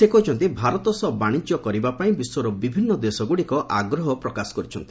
ସେ କହିଛନ୍ତି ଭାରତ ସହ ବାଣିଜ୍ୟ କରିବା ପାଇଁ ବିଶ୍ୱର ବିଭିନ୍ନ ଦେଶଗୁଡ଼ିକ ଆଗ୍ରହ ପ୍ରକାଶ କରିଛନ୍ତି